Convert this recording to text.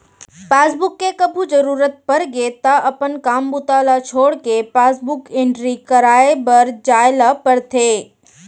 passbook के कभू जरूरत परगे त अपन काम बूता ल छोड़के पासबुक एंटरी कराए बर जाए ल परथे